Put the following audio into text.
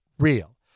real